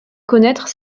connaître